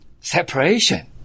separation